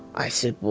i said, well,